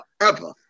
forever